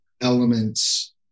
elements